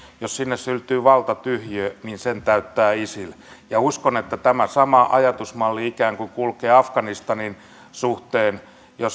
jos sinne syntyy valtatyhjiö niin sen täyttää isil uskon että tämä sama ajatusmalli ikään kuin kulkee afganistanin suhteen